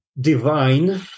divine